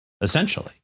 essentially